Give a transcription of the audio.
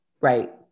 Right